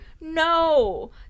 No